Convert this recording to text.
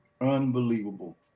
Unbelievable